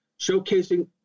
showcasing